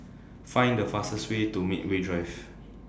Find The fastest Way to Medway Drive